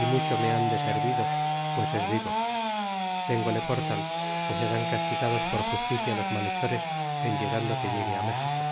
y mucho me han deservido pues es vivo tengole por tal que serán castigados por justicia los malhechores en llegando que llegue méxico